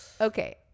Okay